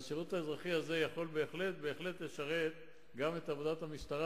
והשירות האזרחי הזה יכול בהחלט בהחלט לשרת גם את עבודת המשטרה,